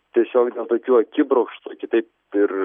tiesiog dėl tokių akibrokštų kitaip ir